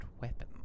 weapon